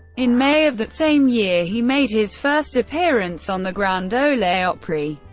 in may of that same year, he made his first appearance on the grand ole opry.